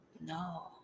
no